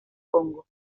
congo